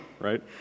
Right